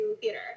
theater